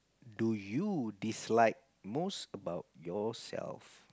do you dislike most about yourself